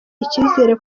icyizere